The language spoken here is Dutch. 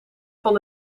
van